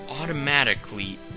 automatically